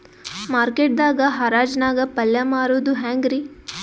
Market ದಾಗ್ ಹರಾಜ್ ನಾಗ್ ಪಲ್ಯ ಮಾರುದು ಹ್ಯಾಂಗ್ ರಿ?